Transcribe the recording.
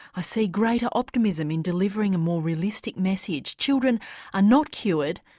i see greater optimism in delivering a more realistic message children are not cured,